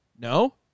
No